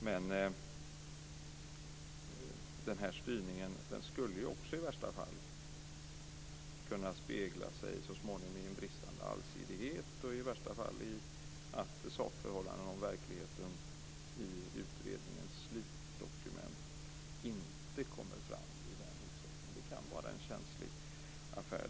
Men den här styrningen skulle i värsta fall så småningom kunna spegla sig i en bristande allsidighet och i att sakförhållanden om verkligheten inte i tillräcklig utsträckning kommer fram i utredningens slutdokument.